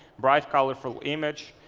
bright colorful image.